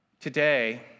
Today